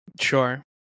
Sure